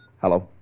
Hello